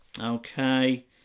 Okay